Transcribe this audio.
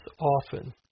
often